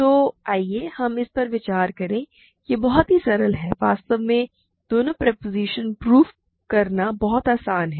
तो आइए हम इस पर विचार करें यह बहुत ही सरल है वास्तव में दोनों प्रोपोज़िशन प्रूव करना बहुत आसान है